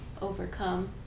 overcome